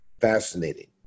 fascinating